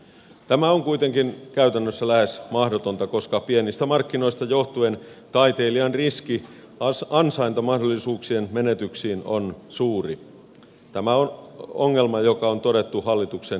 tämä on kuitenkin käytännössä lähes mahdotonta koska pienistä markkinoista johtuen taiteilijan riski ansaintamahdollisuuksien menetyksiin on suuri tämä on ongelma joka on todettu hallituksen esityksessäkin